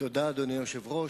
אדוני היושב-ראש,